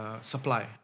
supply